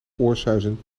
oorsuizen